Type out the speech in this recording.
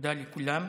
תודה לכולם.